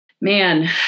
Man